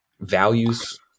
values